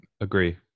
Agree